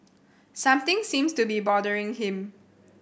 something seems to be bothering him